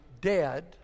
dead